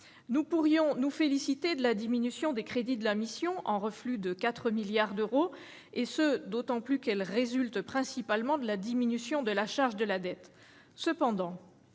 Nous pourrions nous féliciter de la baisse des crédits de la mission, qui sont en reflux de 4 milliards d'euros, d'autant plus qu'elle résulte principalement de la diminution de la charge de la dette.